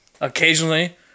Occasionally